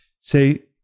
Say